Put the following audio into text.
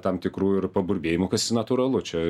tam tikrų ir paburbėjimų kas natūralu čia